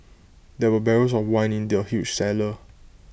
there were barrels of wine in the huge cellar